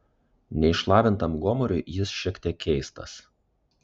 neišlavintam gomuriui jis šiek tiek keistas